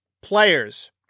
players